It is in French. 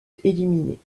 éliminés